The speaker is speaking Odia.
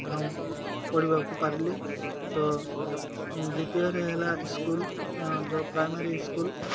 ଏବଂ ପଢ଼ିବାକୁ ପାରିଲି ତ ଦ୍ୱିତୀୟରେ ହେଲା ସ୍କୁଲ୍ ଯେଉଁ ପ୍ରାଇମରୀ ସ୍କୁଲ୍